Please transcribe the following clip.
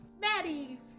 Maddie